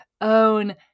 own